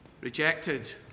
rejected